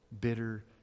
Bitter